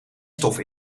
stof